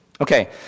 Okay